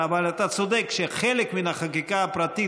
אבל אתה צודק שחלק מן החקיקה הפרטית